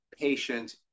patient